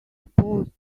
supposed